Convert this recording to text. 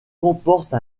comporte